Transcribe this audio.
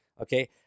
okay